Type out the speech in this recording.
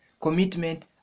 commitment